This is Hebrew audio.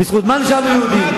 בזכות מה נשארנו יהודים?